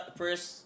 first